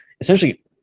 essentially